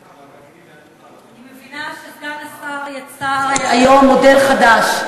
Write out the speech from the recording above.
אני מבינה שסגן השר יצר היום מודל חדש,